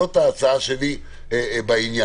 זאת ההצעה שלי בעניין.